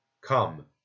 Come